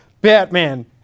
Batman